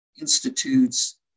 institutes